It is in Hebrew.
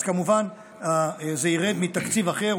אז כמובן זה ירד מתקציב אחר,